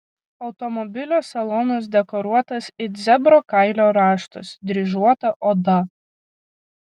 automobilio salonas dekoruotas it zebro kailio raštas dryžuota oda